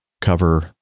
cover